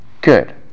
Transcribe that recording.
good